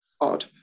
odd